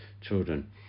children